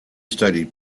studied